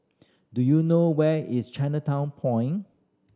do you know where is Chinatown Point